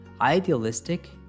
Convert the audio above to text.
Idealistic